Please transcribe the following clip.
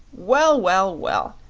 well, well, well!